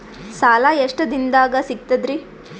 ಸಾಲಾ ಎಷ್ಟ ದಿಂನದಾಗ ಸಿಗ್ತದ್ರಿ?